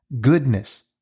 goodness